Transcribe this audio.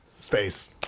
space